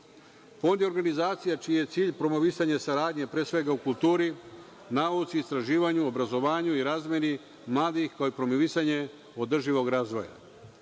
Fond je organizacija čiji je cilj promovisanje saradnje pre svega u kulturi, nauci, istraživanju, obrazovanju i razmeni mladih, kao i promovisanje održivog razvoja.